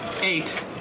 Eight